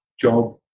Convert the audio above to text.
job